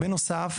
בנוסף,